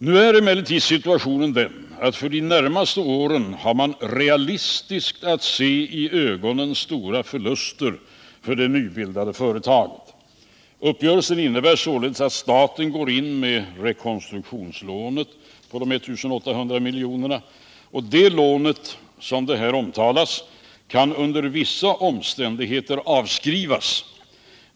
Nu är emellertid situationen den att för de närmaste åren har man realistiskt att se i ögonen stora förluster för det nybildade företaget. Uppgörelsen innebär således att staten går in med rekonstruktionslån på 1 800 miljoner. Detta lån kan under vissa omständigheter avskrivas.